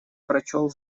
прочел